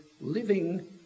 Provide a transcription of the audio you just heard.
living